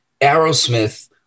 Aerosmith